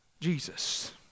Jesus